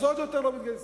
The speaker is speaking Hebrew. אז עוד יותר לא מתגייסים.